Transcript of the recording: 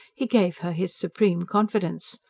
he gave her his supreme confidence.